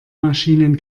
maschinen